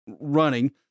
running